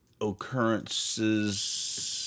occurrences –